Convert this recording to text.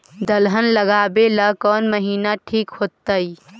दलहन लगाबेला कौन महिना ठिक होतइ?